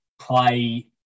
play